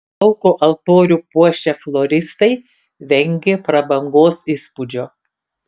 lauko altorių puošę floristai vengė prabangos įspūdžio